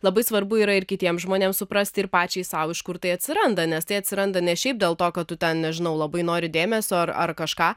labai svarbu yra ir kitiems žmonėms suprasti ir pačiai sau iš kur tai atsiranda nes tai atsiranda ne šiaip dėl to kad tu tą nežinau labai nori dėmesio ar ar kažką